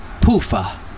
Pufa